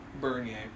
Bernier